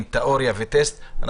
אז אין פתרון כי אין בעיה.